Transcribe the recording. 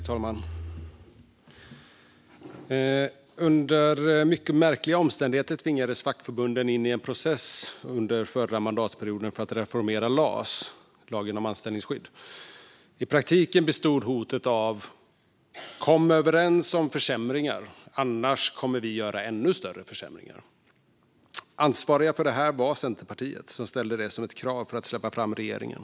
Herr talman! Under mycket märkliga omständigheter tvingades fackförbunden in i en process under förra mandatperioden för att reformera LAS, lagen om anställningsskydd. I praktiken löd hotet: Kom överens om försämringar, annars kommer vi att göra ännu större försämringar. Ansvariga för det hela var Centerpartiet, som ställde det som ett krav för att släppa fram regeringen.